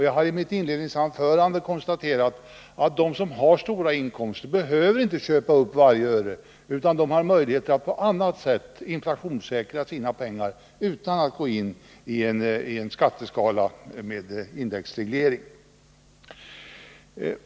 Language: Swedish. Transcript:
Jag har i mitt inledningsanförande konstaterat att de som har stora inkomster inte behöver köpa upp. varje öre av dessa utan har möjlighet att på annat sätt inflationssäkra sina pengar även utan att vi tillämpar en skatteskala med indexreglering.